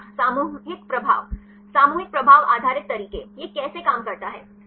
छात्र सामूहिक प्रभाव सामूहिक प्रभाव आधारित तरीके यह कैसे काम करता है